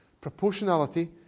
proportionality